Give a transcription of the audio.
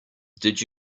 did